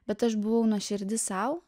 bet aš buvau nuoširdi sau